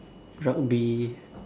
rugby